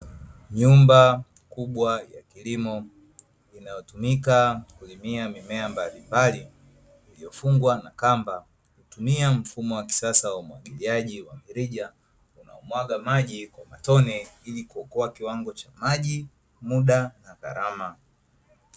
Nyumba kubwa ya kilimo inayotumika kulimia mimea mbalimbali, iliyofungwa na kamba na kutumia mfumo wa kisasa wa umwagiliaji wa mirija yanayomwaga maji kwa matone; ili kuokoa kiwango cha maji, muda na gharama.